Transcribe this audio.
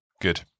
Good